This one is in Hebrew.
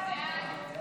הצעת